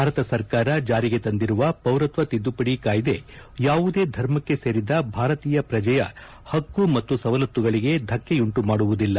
ಭಾರತ ಸರ್ಕಾರ ಜಾರಿಗೆ ತಂದಿರುವ ಪೌರತ್ವ ತಿದ್ದುಪಡಿ ಕಾಯ್ದೆ ಯಾವುದೇ ಧರ್ಮಕ್ಕೆ ಸೇರಿದ ಭಾರತೀಯ ಪ್ರಜೆಯ ಪಕ್ಕು ಮತ್ತು ಸವಲತ್ತುಗಳಿಗೆ ಧಕ್ಕೆಯುಂಟು ಮಾಡುವುದಿಲ್ಲ